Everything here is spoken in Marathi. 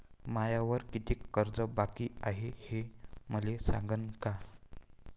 मायावर कितीक कर्ज बाकी हाय, हे मले सांगान का?